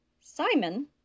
Simon